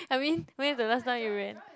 I mean when's the last time you ran